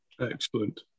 Excellent